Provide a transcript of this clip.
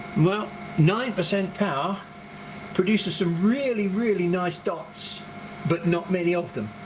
well nine percent power produces some really really nice dots but not many of them